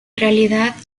realidad